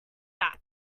that